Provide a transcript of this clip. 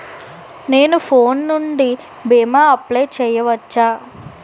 నేను ఫోన్ నుండి భీమా అప్లయ్ చేయవచ్చా?